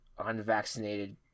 unvaccinated